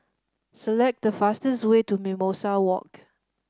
select the fastest way to Mimosa Walk